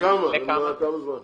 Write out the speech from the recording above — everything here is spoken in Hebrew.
כמה זמן סביר?